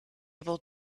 able